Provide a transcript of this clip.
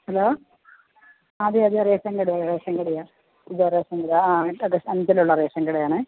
hello അതെ അതെ ration കടയാ റേഷൻ കടയാ ഇത് റേഷൻ കടയാ ആ ആ ഇത് അഞ്ചലുള്ള റേഷൻ കടയാണെ